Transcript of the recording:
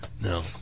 No